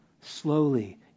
slowly